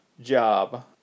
job